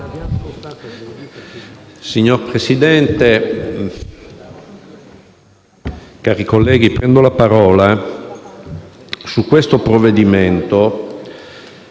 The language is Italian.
Signor Presidente, cari colleghi, prendo la parola su questo provvedimento